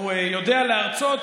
הוא יודע להרצות,